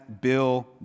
Bill